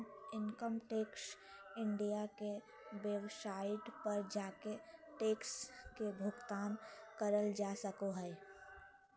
income tax India के website पर जाके टैक्स के भुगतान करल जा सको हय